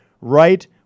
right